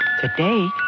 Today